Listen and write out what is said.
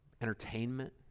entertainment